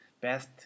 best